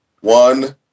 one